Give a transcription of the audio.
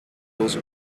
goes